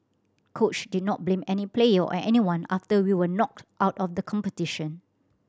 coach did not blame any player or anyone after we were knocked out of the competition